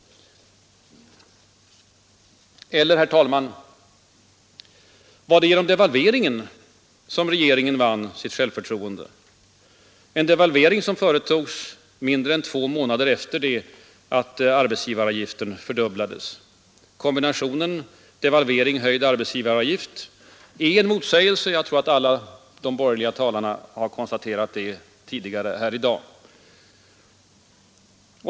Eller, herr talman, var det genom devalveringen som regeringen vann sitt självförtroende? En devalvering som företogs mindre än två månader efter fördubblingen av arbetsgivaravgiften. Kombinationen devalvering/ höjd arbetsgivaravgift är en motsägelse — jag tror att alla de borgerliga talarna har konstaterat det tidigare i dag.